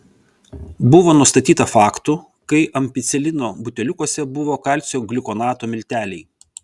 buvo nustatyta faktų kai ampicilino buteliukuose buvo kalcio gliukonato milteliai